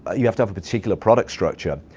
you have to have a particular product structure,